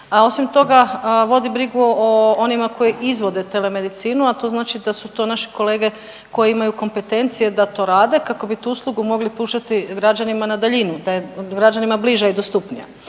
osim toga vodi brigu o onima koji izvode tele medicinu, a to znači da su to naši kolege koji imaju kompetencije da to rade kako bi tu uslugu mogli pružati građanima na daljinu, da je građanima bliža i dostupnija.